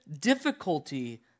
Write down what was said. difficulty